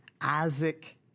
Isaac